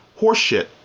horseshit